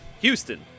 Houston